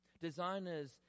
designers